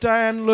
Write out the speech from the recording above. Dan